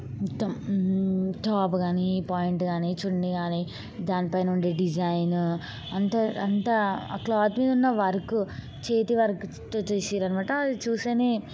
మొత్తం టాపు కానీ పాంట్ కానీ చున్ని కానీ దానిపైన ఉండే డిజైన్ అంతా అంతా ఆ క్లాత్ మీద ఉన్న వర్క్ చేతి వర్క్తో చేసారు అనమాట అది చూసినిచూస్తేనే